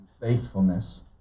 faithfulness